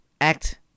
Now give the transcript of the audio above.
act